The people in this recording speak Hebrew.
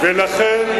ולכן,